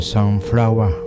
Sunflower